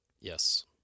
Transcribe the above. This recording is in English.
Yes